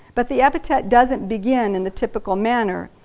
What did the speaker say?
but the epithet doesn't begin in the typical manner.